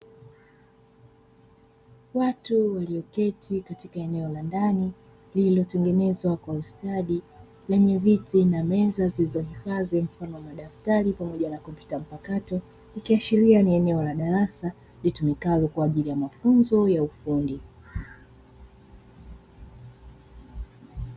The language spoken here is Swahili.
Watu walioketi katika eneo la ndani lililotengenezwa kwa ustadi lenye viti na meza zilizohifadhi mfano wa madaftari pamoja na kompyuta mpakato, ikiashiria ni eneo la darasa litumikalo kwa ajili ya mafunzo ya ufundi.